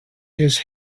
his